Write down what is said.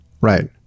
Right